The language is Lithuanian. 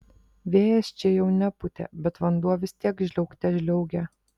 vėjas čia jau nepūtė bet vanduo vis tiek žliaugte žliaugė